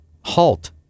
halt